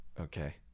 okay